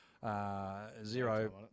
zero